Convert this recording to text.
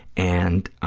and